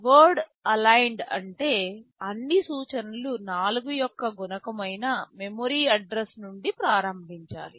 word aligned అంటే అన్ని సూచనలు 4 యొక్క గుణకం అయిన మెమరీ అడ్రస్ నుండి ప్రారంభించాలి